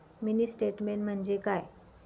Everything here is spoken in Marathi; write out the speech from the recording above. मिनी स्टेटमेन्ट म्हणजे काय?